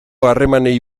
harremanei